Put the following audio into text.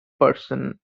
person